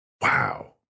Wow